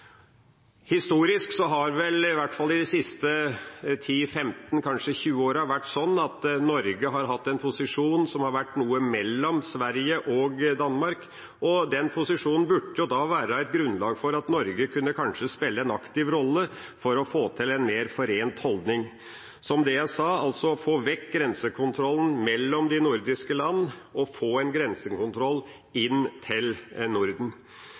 Historisk har det vel i hvert fall i de siste 10–15, kanskje 20 årene vært sånn at Norge har hatt en posisjon som har vært noe mellom Sverige og Danmark, og den posisjonen burde være et grunnlag for at Norge kanskje kunne spille en aktiv rolle for å få til en mer forent holdning, som jeg sa, få vekk grensekontrollen mellom de nordiske land, og få grensekontroll inn til Norden.